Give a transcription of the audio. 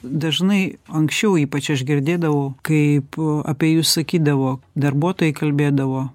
dažnai anksčiau ypač aš girdėdavau kaip apie jus sakydavo darbuotojai kalbėdavo